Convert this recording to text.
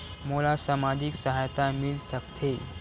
का मोला सामाजिक सहायता मिल सकथे?